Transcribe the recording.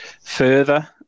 further